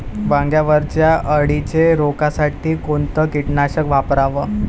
वांग्यावरच्या अळीले रोकासाठी कोनतं कीटकनाशक वापराव?